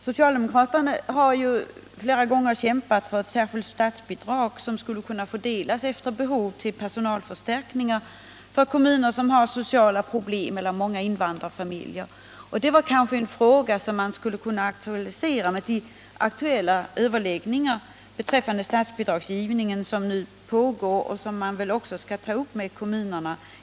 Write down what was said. Socialdemokraterna har ju kämpat för ett särskilt statsbidrag, som skulle kunna fördelas efter behov till kommuner som har sociala problem eller många invandrarfamiljer. Det är kanske en fråga som man skulle kunna ta upp vid de aktuella överläggningar beträffande statsbidragsgivningen som nu pågår och som man väl också skall föra med kommunerna.